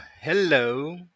Hello